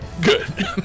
Good